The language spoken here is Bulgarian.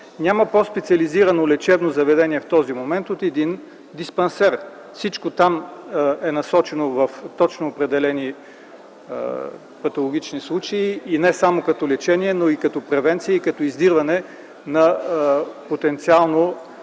Няма по-специализирано лечебно заведение в този момент от един диспансер. Всичко там е насочено в точно определени патологични случаи – не само като лечение, но и като превенция, като издирване на потенциално